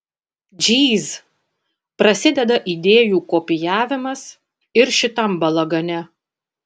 džyz prasideda idėjų kopijavimas ir šitam balagane